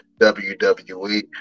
WWE